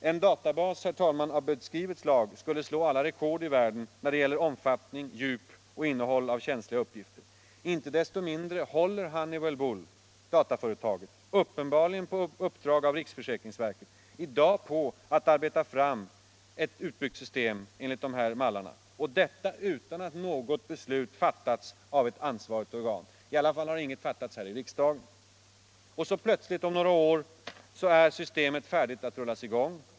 den En databas av beskrivet slag skulle slå alla rekord i världen när det gäller omfattning, djup och innehållet av känsliga uppgifter. Inte desto mindre håller Honeywell Bull, dataföretaget, uppenbarligen på uppdrag av riksförsäkringsverket i dag på att arbeta fram ett utbyggt system enligt de här mallarna — detta utan att något beslut fattats av ett ansvarigt organ. I alla fall har inget beslut fattats här i riksdagen. Och så plötsligt om några år är systemet färdigt att rullas i gång.